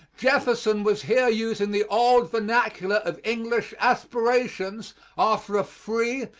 jefferson was here using the old vernacular of english aspirations after a free,